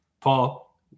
Paul